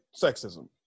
sexism